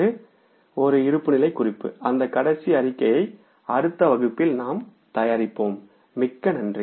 அது ஒரு இருப்புநிலை குறிப்பு அந்த கடைசி அறிக்கையை அடுத்த வகுப்பில் நாம் தயாரிப்போம்மிக்க நன்றி